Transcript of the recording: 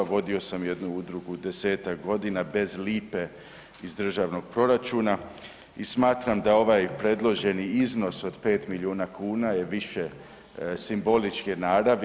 Vodio sam jednu udrugu 10-tak godina bez lipe iz državnog proračuna i smatram da ovaj predloženi iznos od 5 milijuna kuna je više simboličke naravi.